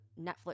Netflix